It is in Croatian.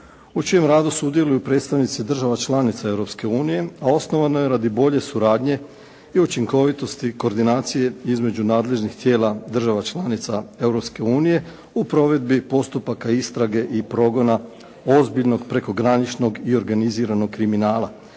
u čijem radu sudjeluju predstavnici država članica Europske unije a osnovano je radi bolje suradnje i učinkovitosti koordinacije između nadležnih tijela država članica Europske unije u provedbi postupaka istrage i progona ozbiljnog prekograničnog i organiziranog kriminala